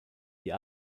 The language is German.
die